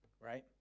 right